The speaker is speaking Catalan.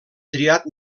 triat